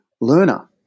learner